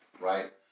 right